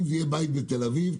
אם זה יהיה בית בתל אביב,